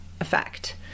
effect